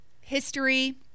history